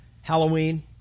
Halloween